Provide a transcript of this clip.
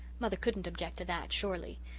mother couldn't object to that, surely.